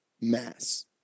mass